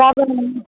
गाबोन